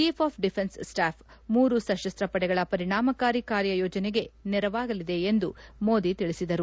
chief of defence staff ಮೂರು ಸಶಸ್ತ ಪಡೆಗಳ ಪರಿಣಾಮಕಾರಿ ಕಾರ್ಯ ಯೋಜನೆಗೆ ನೆರವಾಗಲಿದೆ ಎಂದು ಮೋದಿ ತಿಳಿಸಿದರು